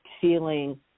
feeling